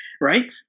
right